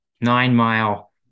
nine-mile